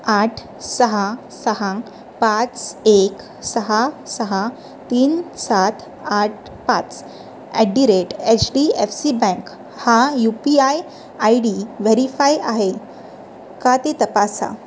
आठ सहा सहा पाच एक सहा सहा तीन सात आठ पाच at the rate H D F C bank हा U P I I D verify आहे का ते तपासा